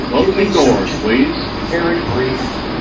give me some, just very brief,